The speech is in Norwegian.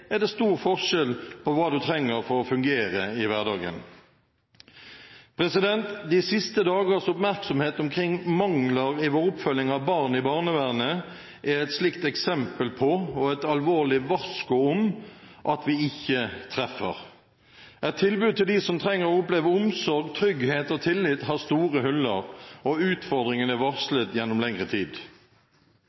er det stor forskjell på hva de trenger for å fungere i hverdagen. De siste dagers oppmerksomhet omkring mangler i vår oppfølging av barn i barnevernet er et slikt eksempel på, og et alvorlig varsko om, at vi ikke treffer. Et tilbud til dem som trenger å oppleve omsorg, trygghet og tillit, har store huller, og utfordringene er varslet gjennom lengre tid.